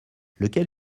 lequel